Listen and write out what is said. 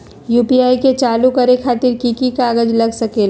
UPI के चालु करे खातीर कि की कागज़ात लग सकेला?